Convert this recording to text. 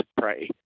pray